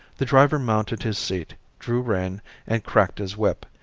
the driver mounted his seat, drew rein and cracked his whip,